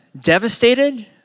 devastated